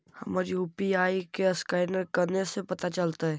हमर यु.पी.आई के असकैनर कने से पता चलतै?